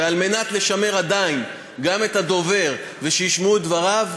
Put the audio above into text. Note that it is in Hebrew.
ועל מנת לשמר עדיין גם את הדובר ושישמעו את דבריו,